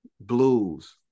blues